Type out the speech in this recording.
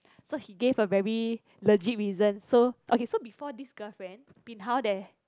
so he gave a very legit reason so okay so before this girlfriend bin hao there